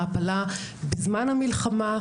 ההעפלה בזמן המלחמה,